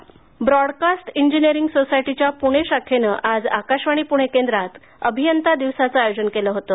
अभियंता दिवस broadcast engineering सोसायटीच्या पूणे शाखेनं आज आकाशवाणी पूणे केंद्रात अभियंता दिवसाचं आयोजन केलं होतं